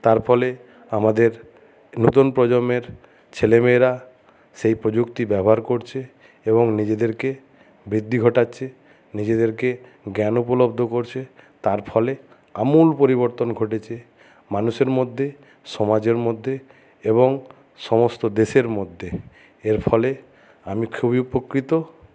তার ফলে আমাদের নতুন প্রজন্মের ছেলে মেয়েরা সেই প্রযুক্তি ব্যবহার করছে এবং নিজেদেরকে বৃদ্ধি ঘটাচ্ছে নিজেদেরকে জ্ঞান উপলব্ধ করেছে তার ফলে আমূল পরিবর্তন ঘটেছে মানুষের মধ্যে সমাজের মধ্যে এবং সমস্ত দেশের মধ্যে এর ফলে আমি খুবই উপকৃত